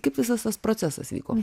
kaip visas tas procesas vyko